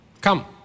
come